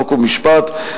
חוק ומשפט,